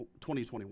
2021